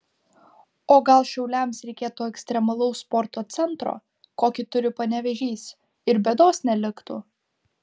o gal šiauliams reikėtų ekstremalaus sporto centro kokį turi panevėžys ir bėdos neliktų